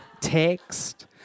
text